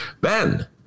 Ben